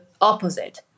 opposite